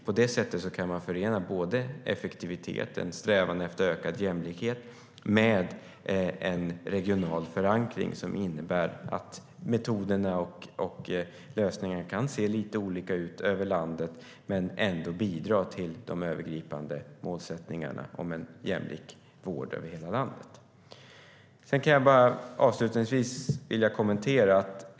På det sättet kan man förena effektivitet och en strävan efter ökad jämlikhet med en regional förankring som innebär att metoderna och lösningarna kan se lite olika ut över landet men ändå bidra till de övergripande målsättningarna om en jämlik vård över hela landet. Jag vill avslutningsvis göra några kommentarer.